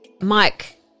Mike